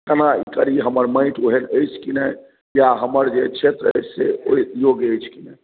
केना करी हमर माटि ओहन अछि कि नहि या हमर जे क्षेत्र अछि से ओहि योग्य अछि कि नहि